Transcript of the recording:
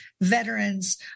veterans